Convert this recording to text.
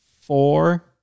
four